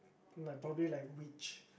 like probably like which